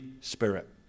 Spirit